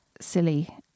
silly